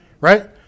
Right